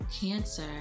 cancer